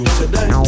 today